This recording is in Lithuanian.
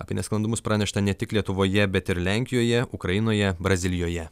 apie nesklandumus pranešta ne tik lietuvoje bet ir lenkijoje ukrainoje brazilijoje